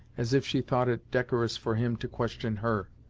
as if she thought it decorous for him to question her,